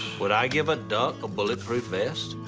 would i give a duck a bulletproof vest?